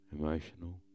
Emotional